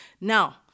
Now